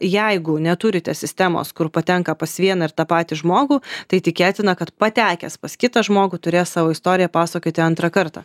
jeigu neturite sistemos kur patenka pas vieną ir tą patį žmogų tai tikėtina kad patekęs pas kitą žmogų turės savo istoriją pasakoti antrą kartą